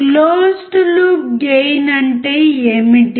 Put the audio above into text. closed loop gain అంటే ఏమిటి